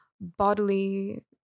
bodily